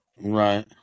Right